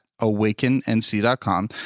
awakennc.com